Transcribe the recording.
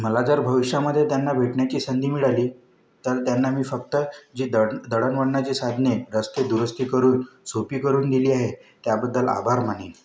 मला जर भविष्यामध्ये त्यांना भेटण्याची संधी मिळाली तर त्यांना मी फक्त जी दळ दळणवळणाची साधने रस्ते दुरुस्ती करून सोपी करून दिली आहे त्याबद्दल आभार मानेन